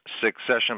succession